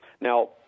Now